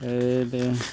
अरे देवा